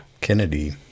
Kennedy